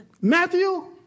Matthew